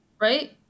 right